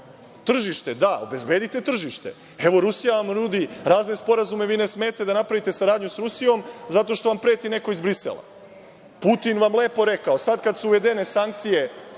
sve.Tržište, da. Obezbedite tržište. Rusija vam nudi razne sporazume, vi ne smete da napravite saradnju sa Rusijom zato što vam preti neko iz Brisela. Putin vam je lepo rekao, sada kada su uvedene sankcije…